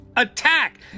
attack